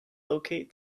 locate